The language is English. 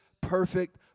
perfect